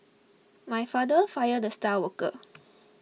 my father fired the star worker